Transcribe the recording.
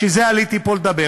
בשביל זה עליתי לפה לדבר.